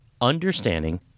understanding